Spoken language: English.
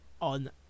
on